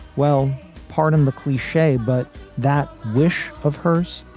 well, pardon the cliche, but that wish of hers.